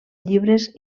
llibres